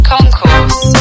Concourse